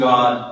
God